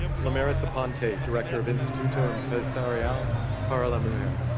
limaris aponte, director of instituto empresarial para la mujer.